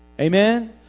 Amen